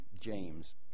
James